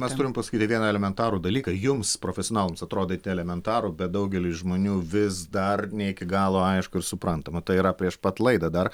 mes turim pasakyti vieną elementarų dalyką jums profesionalams atrodantį elementarų bet daugeliui žmonių vis dar ne iki galo aiškų ir suprantamą tai yra prieš pat laidą dar